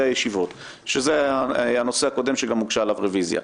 הישיבות שזה הנושא הקודם שגם הוגשה עליו רביזיה.